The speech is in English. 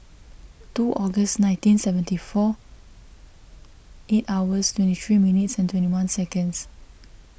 two Aug nineteen seventy four eight hours twenty three minutes and twenty one seconds